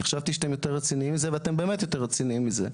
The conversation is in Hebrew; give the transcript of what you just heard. אני חשבתי שאתם יותר רציניים מזה ואתם באמת יותר רציניים מזה.